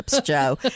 Joe